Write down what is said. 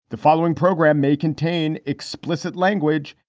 the following program may contain explicit language.